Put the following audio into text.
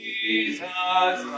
Jesus